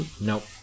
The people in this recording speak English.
Nope